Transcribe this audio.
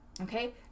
okay